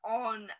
on